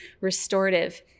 restorative